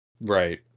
Right